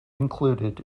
included